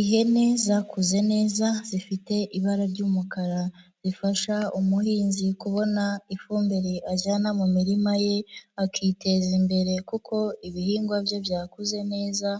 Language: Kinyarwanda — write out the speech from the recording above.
Ihene zakuze neza zifite ibara ry'umukara, zifasha umuhinzi kubona ifumbire ajyana mu mirima ye, akiteza imbere kuko ibihingwa bye byakuze neza,